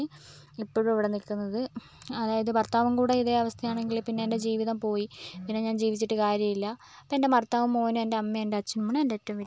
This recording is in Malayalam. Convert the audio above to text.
ഇപ്പോഴും ഇവിടെ നിൽക്കുന്നത് അതായത് ഭർത്താവും കൂടെ ഇതേ അവസ്ഥയാണെങ്കിൽ പിന്നെ എൻ്റെ ജീവിതം പോയി പിന്നെ ഞാൻ ജീവിച്ചിട്ട് കാര്യമില്ല എൻ്റെ ഭർത്താവും എൻ്റെ മോനും എൻ്റെ അച്ഛനും അമ്മയും ആണ് എൻ്റെ ഏറ്റവും വലിയ സന്തോഷം